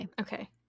Okay